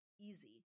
easy